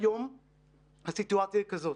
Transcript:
היום הסיטואציה היא כזאת: